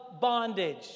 bondage